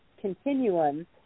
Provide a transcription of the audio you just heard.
continuum